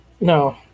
No